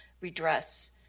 redress